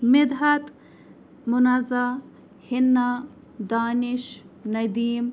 Midhat Munaza Hina Danish Nadeem